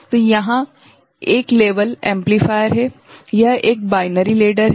तो यहाँ एक लेवल एम्पलीफायर है यह एक बाइनरी लेडर है